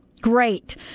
Great